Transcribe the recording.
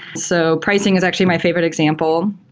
so pricing is actually my favorite example.